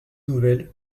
nouvelle